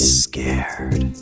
scared